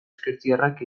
ezkertiarrak